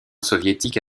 soviétique